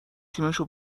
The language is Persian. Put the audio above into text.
تیمشو